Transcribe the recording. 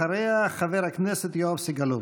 אחריה, חבר הכנסת יואב סגלוביץ'.